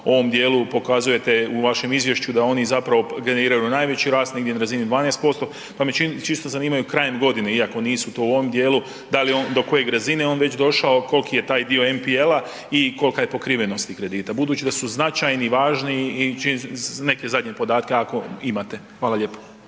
ovom dijelu, pokazujete u vašem izvješću, da oni zapravo generiraju najveći rast, negdje na razini 12%, pa me čisto zanimaju krajem godine iako nisu to u ovom dijelu, dal je on, do koje razine je on već došao, koliki je taj dio MPL-a, i kolika je pokrivenost tih kredita budući da su značajni, važni i neke zadnje podatke ako imate. Hvala lijepo.